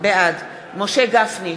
בעד משה גפני,